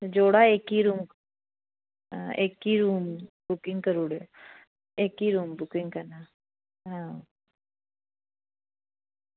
जोड़ा इक्क ई रूम इक्क ई रूम बुकिंग करी ओड़ेओ इक्क ई रूम बुकिंग करी ओड़ेओ आं